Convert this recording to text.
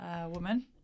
woman